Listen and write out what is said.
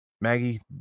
Maggie